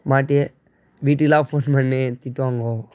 மாட்டி வீட்டுக்கு எல்லாம் ஃபோன் பண்ணி திட்டு வாங்குவோம்